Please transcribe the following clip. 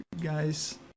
Guys